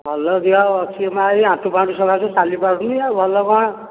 ଭଲ ଦେହ ଅଛି ମା' ଏଇ ଆଣ୍ଠୁ ଫାଣ୍ଠୁ ସକାଶେ ଚାଲିପାରୁନି ଆଉ ଭଲ କ'ଣ